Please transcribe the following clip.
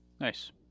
nice